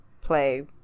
play